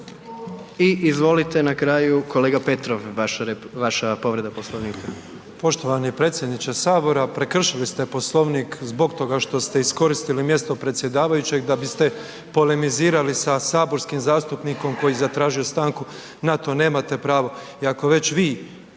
I izvolite na kraju kolega Petrov vaša povreda Poslovnika. **Petrov, Božo (MOST)** Poštovani predsjedniče Sabora, prekršili ste Poslovnik zbog toga što ste iskoristili mjesto predsjedavajućeg da biste polemizirali sa saborskim zastupnikom koji je zatražio stanku, na to nemate pravo. I ako već vi